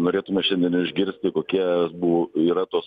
norėtume šiandien išgirsti kokie bu yra tos